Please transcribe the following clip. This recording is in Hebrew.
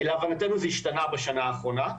להבנתנו זה השתנה בשנה האחרונה.